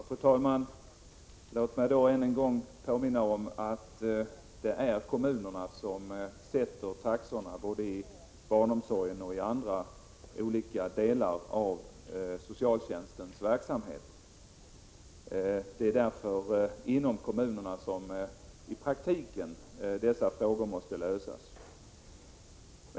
Fru talman! Låt mig ännu en gång påminna om att det är kommunerna som sätter taxorna, både inom barnomsorgen och i andra delar av socialtjänstens verksamhet. I praktiken är det således inom kommunerna som dessa frågor måste lösas.